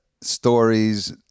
stories